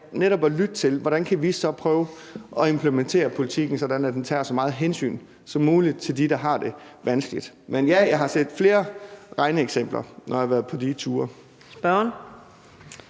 netop at lytte til, hvordan vi så kan prøve at implementere politikken, sådan at den tager så meget hensyn som muligt til dem, der har det vanskeligt. Men ja, jeg har set flere regneeksempler, når jeg har været på de ture.